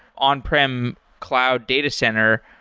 on-prem cloud data center?